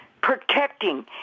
protecting